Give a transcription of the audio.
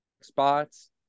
spots